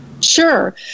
Sure